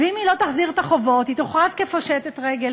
ושאם היא לא תחזיר את החובות היא תוכרז כפושטת רגל.